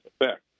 effect